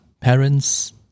parents